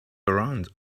around